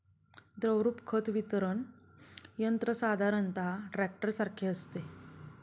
द्रवरूप खत वितरण यंत्र साधारणतः टँकरसारखे असते